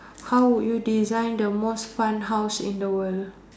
how would you design the most fun house in the world